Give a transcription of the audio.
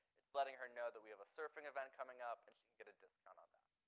it's letting her know that we have a surfing event coming up and she can get a discount on that.